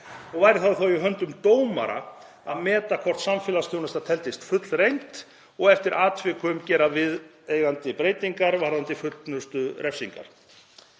Væri það þá í höndum dómara að meta hvort samfélagsþjónusta teldist fullreynd og eftir atvikum gera viðeigandi breytingar varðandi fullnustu refsingar.“